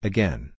Again